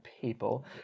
people